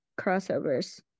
crossovers